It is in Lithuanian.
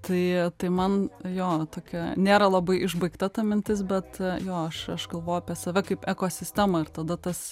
tai tai man jo tokia nėra labai išbaigta ta mintis bet jo aš aš galvoju apie save kaip ekosistemą ir tada tas